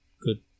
Good